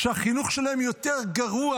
שהחינוך שלהם יותר גרוע